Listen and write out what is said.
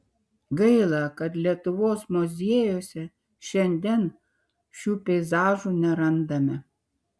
gaila kad lietuvos muziejuose šiandien šių peizažų nerandame